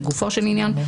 לגופו של עניין.